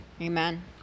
amen